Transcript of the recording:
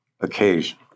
occasion